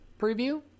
preview